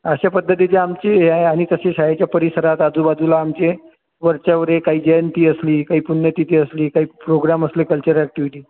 अशा पद्धतीची आमची ह्या आणि तशी शाळेच्या परिसरात आजूबाजूला आमची वरच्यावर काही जयंती असली काही पुण्यतिथी असली काही प्रोग्राम असले काही कल्चर ऍक्टिव्हिटी